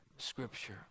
scripture